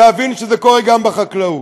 להבין שזה קורה גם בחקלאות,